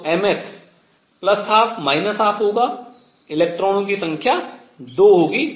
तो ms 12 12 होगा इलेक्ट्रॉनों की संख्या 2 होगी